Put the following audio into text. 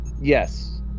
yes